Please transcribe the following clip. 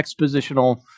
expositional